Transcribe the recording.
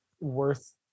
worth